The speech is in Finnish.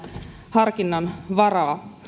harkinnanvaraa